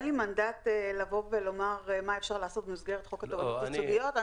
אין לי מנדט לומר מה אפשר לעשות במסגרת חוק תובענות ייצוגיות.